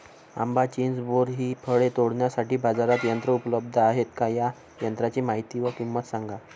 आंबा, चिंच, बोर हि फळे तोडण्यासाठी बाजारात यंत्र उपलब्ध आहेत का? या यंत्रांची माहिती व किंमत सांगा?